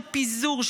של פיזור,